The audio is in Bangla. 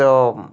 তো